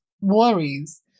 worries